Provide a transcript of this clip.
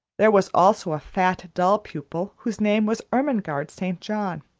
there was also a fat, dull pupil, whose name was ermengarde st. john,